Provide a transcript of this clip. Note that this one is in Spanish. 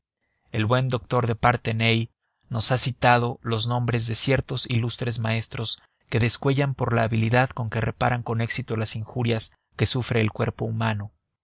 el buen doctor de parthenay nos ha citado los nombres de ciertos ilustres maestros que descuellan por la habilidad con que reparan con éxito las injurias que sufre el cuerpo humano